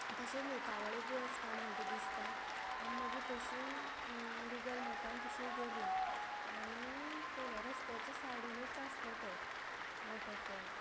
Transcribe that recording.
तशेंच नेत्रावळी बी वचपाक मेळटा दिसता आम मागीर तशी गुगल मॅपान तशी गेली आनी पयलो रस्त्याच्या सायडीनूच आसलो तो वॉटरफॉल